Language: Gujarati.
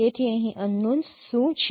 તેથી અહીં અનનોન્સ શું છે